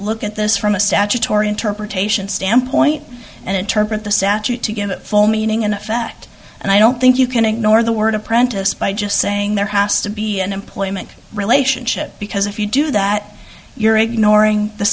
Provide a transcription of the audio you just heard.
look at this from a statutory interpretation standpoint and interpret the saturate to give it full meaning in effect and i don't think you can ignore the word apprentice by just saying there has to be an employment relationship because if you do that you're ignoring the